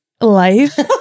life